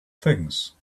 things